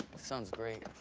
sounds great.